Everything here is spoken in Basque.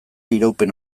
iraupen